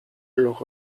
blog